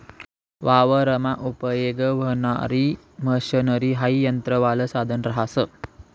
वावरमा उपयेग व्हणारी मशनरी हाई यंत्रवालं साधन रहास